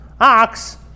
ox